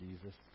Jesus